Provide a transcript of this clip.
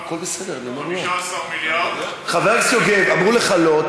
15 מיליארד, חבר הכנסת יוגב, אמרו לך לא.